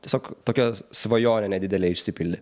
tiesiog tokia svajonė nedidelė išsipildė